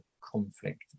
conflict